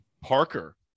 Parker